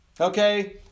Okay